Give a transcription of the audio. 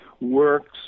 works